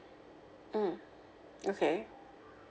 mm okay